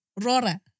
Rora